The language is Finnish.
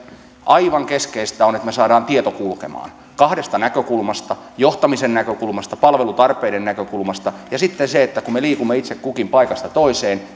aivan keskeistä on että me saamme tiedon kulkemaan kahdesta näkökulmasta johtamisen näkökulmasta palvelutarpeiden näkökulmasta ja sitten on se että kun me liikumme itse kukin paikasta toiseen